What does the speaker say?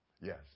Yes